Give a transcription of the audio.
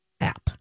app